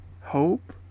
hope